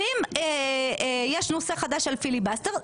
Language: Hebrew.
אם יש נושא חדש על פיליבסטר,